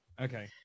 Okay